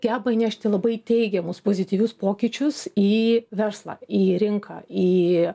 geba įnešti labai teigiamus pozityvius pokyčius į verslą į rinką į